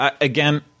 again—